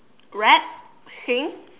rap sing